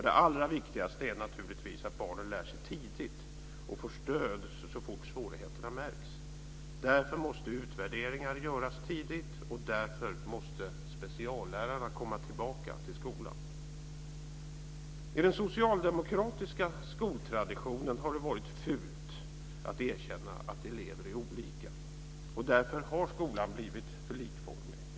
Det allra viktigaste är naturligtvis att barnen lär sig tidigt och får stöd så fort svårigheterna märks. Därför måste utvärderingar göras tidigt och därför måste speciallärarna komma tillbaka till skolan. I den socialdemokratiska skoltraditionen har det varit fult att erkänna att elever är olika. Därför har skolan blivit för likformig.